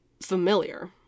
familiar